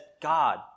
God